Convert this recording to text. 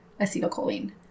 acetylcholine